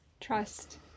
trust